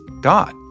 God